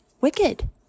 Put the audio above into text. wicked